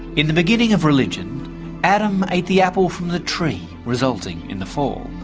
in the beginning of religion adam ate the apple from the tree resulting in the fall.